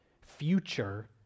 future